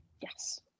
Yes